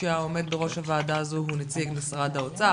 כשהעומד בראש הוועדה הזו הוא נציג משאד האוצר,